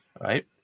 Right